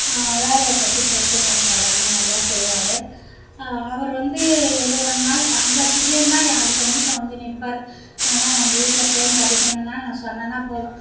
வேலையைப் பற்றி பிரச்சனயிருக்காது அண்ணன் நல்லா செய்வார் அவர் வந்து எது வேணும்னாலும் தங்கச்சிக்குன்னா அடுத்த நிமிஷம் வந்து நிப்பார் நான்லாம் நம்ம வீட்டில் பெயிண்ட்டு அடிக்கணும்ணான்னு நான் சொன்னேனா போதும்